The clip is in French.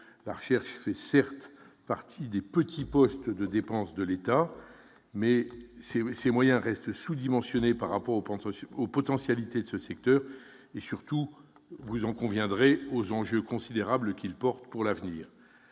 la recherche fait, certes, partie des « petits » postes de dépenses de l'État, mais ses moyens restent sous-dimensionnés par rapport aux potentialités de ce secteur et, surtout, vous en conviendrez, par rapport aux enjeux considérables qu'il représente pour l'avenir.